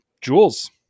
Jules